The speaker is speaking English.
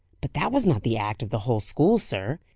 but that was not the act of the whole school, sir.